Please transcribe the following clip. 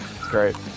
great